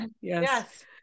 Yes